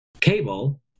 Cable